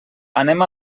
anem